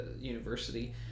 university